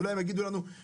אולי הם יגידו לנו 2%,